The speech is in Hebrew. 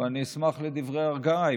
ואני אשמח לדברי הרגעה,